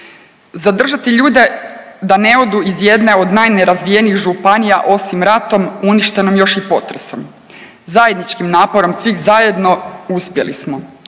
zadržati ljude da ne odu iz jedne od najnerazvijenijih županija osim ratom uništenom još i potresom. Zajedničkim naporom svih zajedno uspjeli smo.